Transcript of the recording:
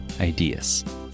ideas